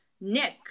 Nick